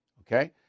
okay